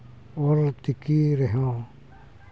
ᱚᱞᱪᱤᱠᱤ ᱨᱮᱦᱚᱸ